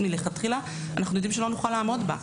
מלכתחילה כשאנחנו יודעים שלא נוכל לעמוד בה.